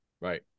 Right